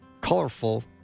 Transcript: colorful